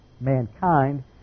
mankind